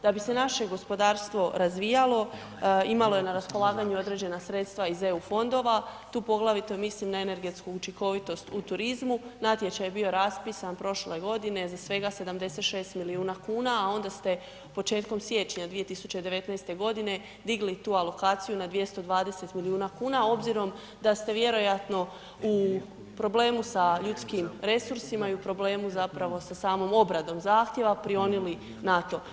Da bi se naše gospodarstvo razvijalo, imalo je na raspolaganju određena sredstva iz eu fondova, tu poglavito mislim na energetsku učinkovitost u turizmu, natječaj je bio raspisan prošle godine za svega 76 milijuna kuna a onda ste početkom siječnja 2019. godine digli tu alokaciju na 220 milijuna kuna a obzirom da ste vjerojatno u problemu sa ljudskim resursima i u problemu zapravo sa samom obradom zahtjeva prionuli na to.